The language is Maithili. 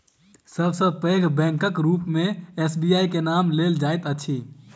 सब सॅ पैघ बैंकक रूप मे एस.बी.आई के नाम लेल जाइत अछि